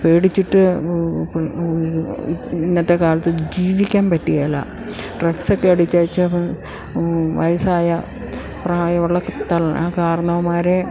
പേടിച്ചിട്ട് ഇന്നത്തെ കാലത്ത് ജീവിക്കാൻ പറ്റുകേല ഡ്രഗ്സ് ഒക്കെ അടിച്ചേച്ച് വയസ്സായ പ്രായമുള്ള തള്ള കാരണവന്മാരെ